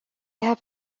have